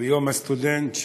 ביום הסטודנט,